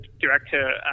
director